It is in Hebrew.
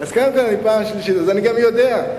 אז אני גם יודע.